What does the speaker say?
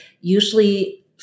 usually